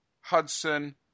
Hudson